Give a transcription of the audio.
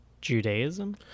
Judaism